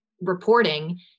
reporting